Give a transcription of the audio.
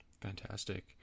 Fantastic